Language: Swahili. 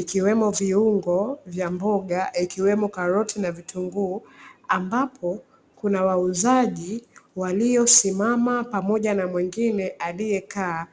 ikiwemo: viungo vya mboga ikiwemo karoti na vitunguu; ambapo kuna wauzaji waliosimama pamoja na mwingine aliyekaa.